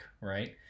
right